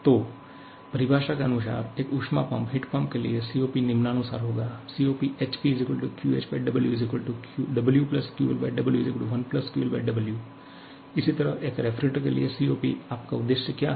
तो परिभाषा के अनुसार एक ऊष्मा पम्प के लिए COP निम्नानुसार होगा COPHPQHWW QLW1QLW इसी तरह एक रेफ्रिजरेटर के लिए COP आपका उद्देश्य क्या है